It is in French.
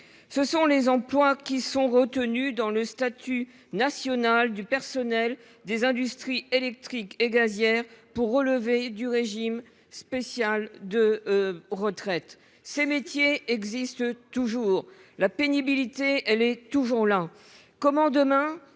... Ces emplois sont retenus dans le statut national du personnel des industries électriques et gazières pour relever du régime spécial de retraite. Ces métiers existent toujours. La pénibilité est toujours là. Comment les